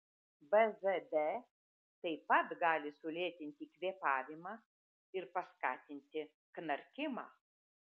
bzd taip pat gali sulėtinti kvėpavimą ir paskatinti knarkimą